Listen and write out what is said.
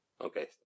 Okay